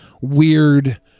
weird